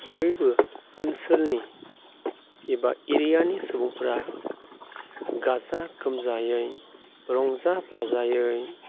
बयबो ओनसोलनि एबा एरियानि सुबुंफोरा गाजा गोमजायै रंजा बाजायै